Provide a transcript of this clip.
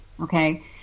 okay